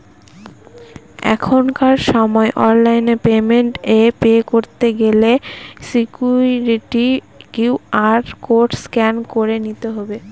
এখনকার সময় online payment এ পে করতে গেলে সিকুইরিটি কিউ.আর কোড স্ক্যান করে নিতে হবে